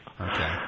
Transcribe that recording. Okay